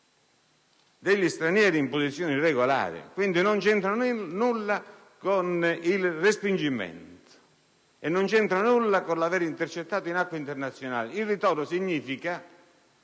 degli stranieri in posizione irregolare. Quindi, non c'entra nulla con il respingimento e non c'entra nulla con l'aver intercettato un natante in acque internazionali. Il ritorno significa